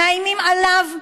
מאיימים עליו,